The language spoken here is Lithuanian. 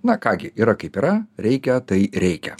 na ką gi yra kaip yra reikia tai reikia